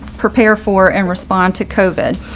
prepare for and respond to covid.